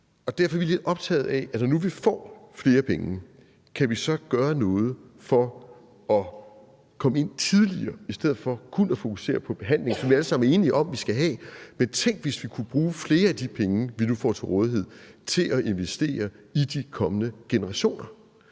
Derfor er vi virkelig optaget af, om vi, når nu vi får flere penge, så kan gøre noget for at komme ind tidligere i stedet for kun at fokusere på behandling, som vi alle sammen er enige om vi skal have. Men tænk, hvis vi kunne bruge flere af de penge, vi nu får til rådighed, til at investere i de kommende generationer.